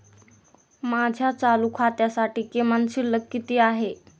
माझ्या चालू खात्यासाठी किमान शिल्लक किती आहे?